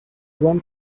one